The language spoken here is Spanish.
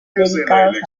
dedicados